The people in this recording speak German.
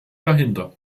dahinter